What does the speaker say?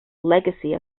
legacy